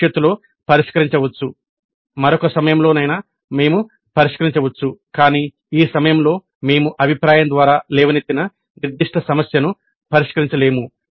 భవిష్యత్తులో పరిష్కరించవచ్చు మరొక సమయంలో మేము పరిష్కరించవచ్చు కానీ ఈ సమయంలో మేము అభిప్రాయం ద్వారా లేవనెత్తిన నిర్దిష్ట సమస్యను పరిష్కరించలేము